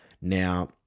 Now